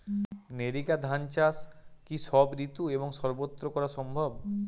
NERICA ধান চাষ কি সব ঋতু এবং সবত্র করা সম্ভব?